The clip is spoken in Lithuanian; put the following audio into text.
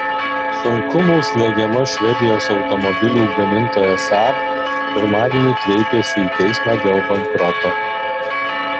sunkumų slegiama švedijos automobilių gamintoja saab pirmadienį kreipėsi į teismą dėl bankroto